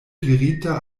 dirita